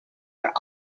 are